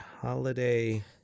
holiday